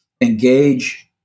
engage